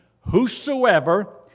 whosoever